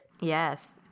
Yes